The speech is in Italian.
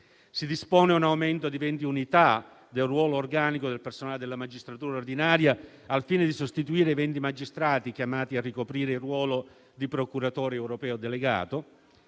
Si dispone un aumento di 20 unità del ruolo organico del personale della magistratura ordinaria, al fine di sostituire i 20 magistrati chiamati a ricoprire il ruolo di procuratore europeo delegato.